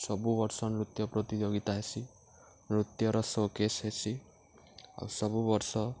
ସବୁ ବର୍ଷ ନୃତ୍ୟ ପ୍ରତିଯୋଗିତା ହେସି ନୃତ୍ୟର ସୋକେସ୍ ହେସି ଆଉ ସବୁ ବର୍ଷ